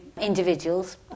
individuals